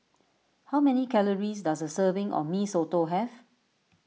how many calories does a serving of Mee Soto have